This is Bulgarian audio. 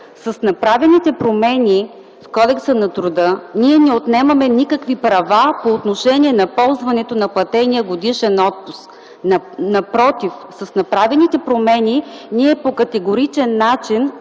С направените промени в Кодекса на труда ние не отнемаме никакви права по отношение на ползването на платения годишен отпуск. Напротив, с направените промени ние по категоричен начин